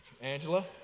Angela